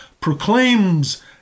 proclaims